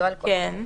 אבל